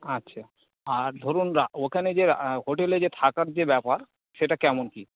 আচ্ছা আর ধরুন ওখানে যে হোটেলে যে থাকার যে ব্যাপার সেটা কেমন কি